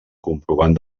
comprovant